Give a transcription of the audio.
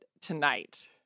tonight